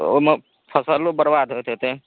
तऽ ओहिमे फ़सलो बरबाद होइत हेतै